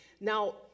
now